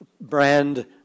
brand